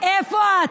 איפה את?